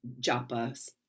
japa